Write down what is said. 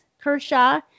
Kershaw